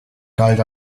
galt